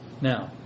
now